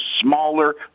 smaller